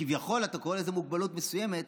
כביכול, אתה קורא לזה מוגבלות מסוימת.